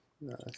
nice